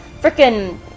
freaking